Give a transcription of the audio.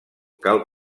cal